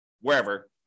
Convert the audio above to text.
wherever